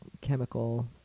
chemical